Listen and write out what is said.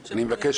אני רוצה